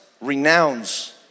renounce